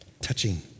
touching